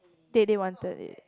they they wanted it